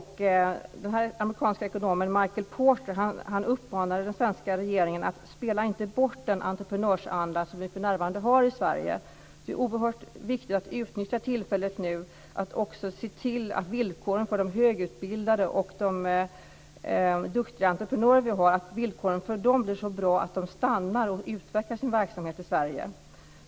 Han uppmanade den svenska regeringen att inte spela bort den entreprenörsanda som vi för närvarande har i Sverige. Det är nu oerhört viktigt att utnyttja tillfället att också se till att villkoren för de högutbildade och de duktiga entreprenörer som vi har blir så bra att de stannar och utvecklar sin verksamhet i Sverige.